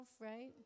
right